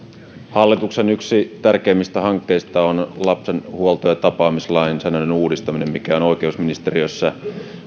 hallituksen tärkeimmistä hankkeista on lapsen huolto ja tapaamislainsäädännön uudistaminen jonka valmistelu on oikeusministeriössä